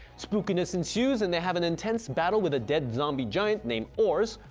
spookiness ensues and they have an intense battle with a dead zombie giant named oars.